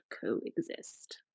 coexist